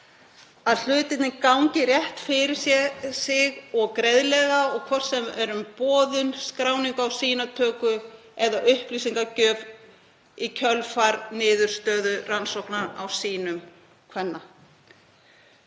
að hlutirnir gangi rétt fyrir sig og greiðlega, hvort sem um er að ræða boðun, skráningu í sýnatöku eða upplýsingagjöf í kjölfar niðurstöðu rannsókna á sýnum kvenna.